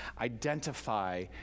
identify